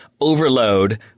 overload